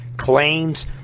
claims